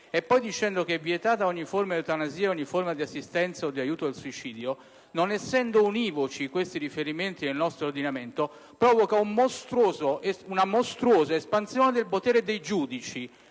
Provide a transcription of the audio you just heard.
e poi dice che è vietata forma di eutanasia, di assistenza o di aiuto al suicidio), non essendo univoci questi riferimenti nel nostro ordinamento, provoca una mostruosa espansione del potere dei giudici